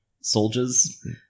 soldiers